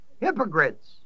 Hypocrites